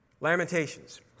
Lamentations